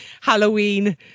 Halloween